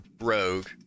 rogue